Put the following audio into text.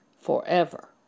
forever